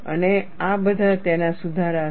અને આ બધા તેના સુધારા છે